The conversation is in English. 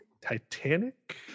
Titanic